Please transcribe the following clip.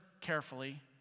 carefully